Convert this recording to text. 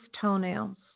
toenails